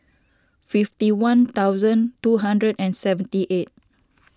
fifty one thousand two hundred and seventy eight